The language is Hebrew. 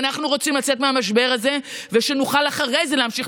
אם אנחנו רוצים לצאת מהמשבר הזה ושנוכל אחרי זה להמשיך